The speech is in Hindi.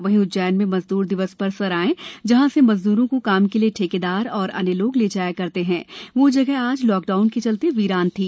वही उज्जैन में मजदूर दिवस पर सराय जहां से मजदूरों को काम के लिए ठेकेदार और अन्य लोग ले जाया करते हैं वो जगह आज लॉक डाउन के चलते वीरान थी